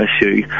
issue